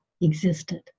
existed